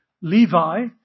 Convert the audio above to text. Levi